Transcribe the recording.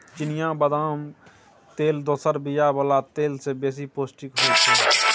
चिनियाँ बदामक तेल दोसर बीया बला तेल सँ बेसी पौष्टिक होइ छै